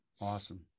Awesome